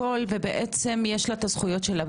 ובעצם יש לה את הזכויות שלה.